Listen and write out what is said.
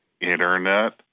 internet